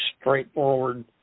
straightforward